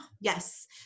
Yes